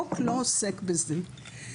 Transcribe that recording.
החוק לא עוסק בזה.